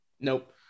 Nope